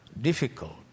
difficult